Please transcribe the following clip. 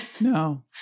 No